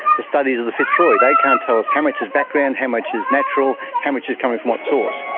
the studies of the fitzroy, they can't tell us how much is background, how much is natural, how much is coming from what source.